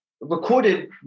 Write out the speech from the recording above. recorded